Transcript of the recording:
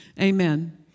Amen